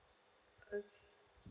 okay